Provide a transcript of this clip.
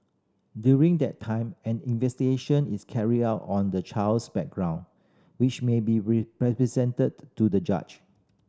during that time an investigation is carried out on the child's background which may be presented to the judge